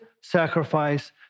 sacrifice